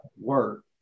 work